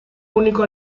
único